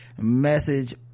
message